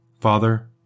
Father